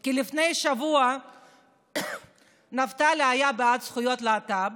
כי לפני שבוע נפתלי היה בעד זכויות להט"ב,